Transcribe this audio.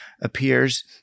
appears